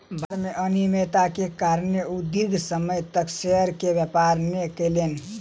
बजार में अनियमित्ता के कारणें ओ दीर्घ समय तक शेयर के व्यापार नै केलैन